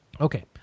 Okay